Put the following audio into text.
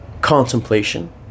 contemplation